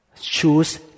Choose